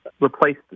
replace